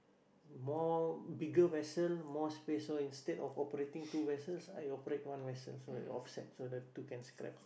more bigger vessel more space so instead of operating two vessels I operate one vessel so it offsets so the two can scrap